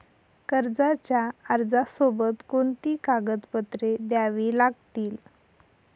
कर्जाच्या अर्जासोबत कोणती कागदपत्रे द्यावी लागतील?